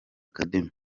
academy